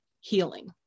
healing